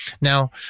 Now